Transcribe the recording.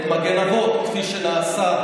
את מגן אבות, כפי שנעשה.